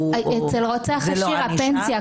אצל רוצח עשיר הפנסיה,